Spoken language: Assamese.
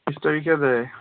বিছ তাৰিখে যায়